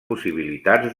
possibilitats